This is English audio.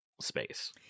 space